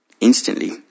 instantly